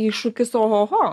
iššūkis ohoho